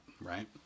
right